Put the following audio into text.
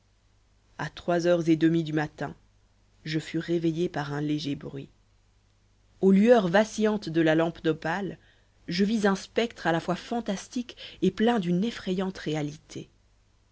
à trois heures et demie du matin je fus réveillée par un léger bruit aux lueurs vacillantes de la lampe d'opale je vis un spectre à la fois fantastique et plein d'une effrayante réalité